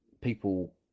people